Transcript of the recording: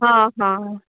हां हां